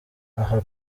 aha